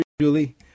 Julie